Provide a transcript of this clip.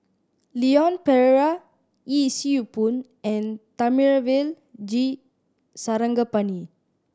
Leon Perera Yee Siew Pun and Thamizhavel G Sarangapani